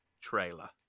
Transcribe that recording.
trailer